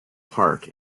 park